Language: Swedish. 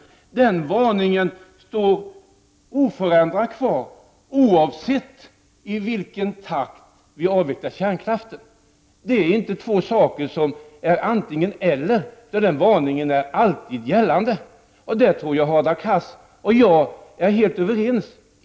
Den varningen står oförändrad kvar oavsett med vilken takt vi än avvecklar kärnkraften. Det är inte två saker som betecknas som antingen eller — den varningen gäller alltid. På den punkten tror jag att Hadar Cars och jag är helt överens.